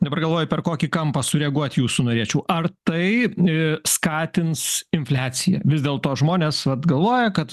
dabar galvoju per kokį kampą sureaguoti jūsų norėčiau ar tai skatins infliaciją vis dėlto žmonės vat galvoja kad